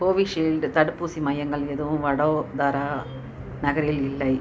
Covishield தடுப்பூசி மையங்கள் எதுவும் வடோதரா நகரில் இல்லை